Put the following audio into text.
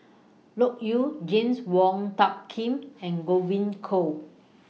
Loke Yew James Wong Tuck Yim and Godwin Koay